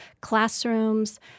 classrooms